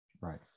right